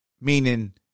Meaning